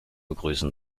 begrüßen